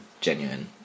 genuine